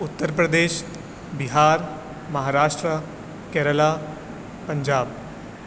Uttar Pradesh Bihar Maharashtra Kerala Punjab